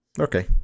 Okay